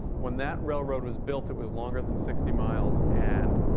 when that railroad was built, it was longer than sixty miles. and